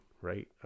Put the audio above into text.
right